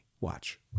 Watch